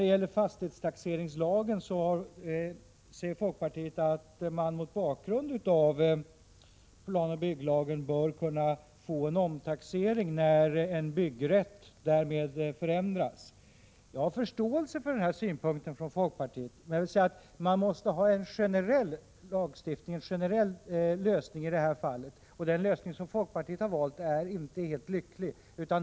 Beträffande fastighetstaxeringslagen säger folkpartiet att man mot bakgrund av planoch bygglagen bör kunna få en omtaxering när en byggrätt förändras. Jag har förståelse för den synpunkten från folkpartiet, men jag vill säga att vi måste ha en generell lösning i det här fallet. Den lösning som folkpartiet har valt är inte helt lycklig.